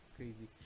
Crazy